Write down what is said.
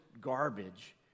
garbage